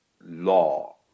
law